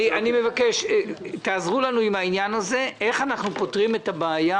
אני מבקש שתעזרו לנו עם העניין הזה איך אנחנו פותרים את הבעיה?